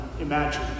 Imagine